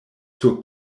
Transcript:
sur